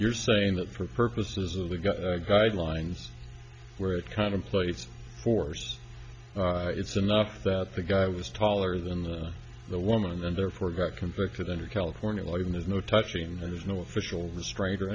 you're saying that for purposes of the got guidelines where it kind of place force it's enough that the guy was taller than the woman and therefore got convicted under california law even there's no touching there's no official restraint or